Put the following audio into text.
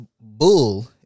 bull